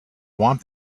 want